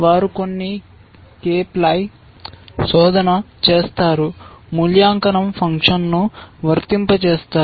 వారు కొన్ని k ply శోధన చేస్తారు మూల్యాంకన ఫంక్షన్ను వర్తింపజేస్తారు